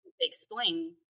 explain